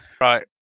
Right